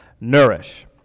nourish